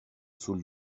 sul